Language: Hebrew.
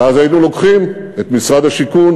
ואז היינו לוקחים את משרד השיכון,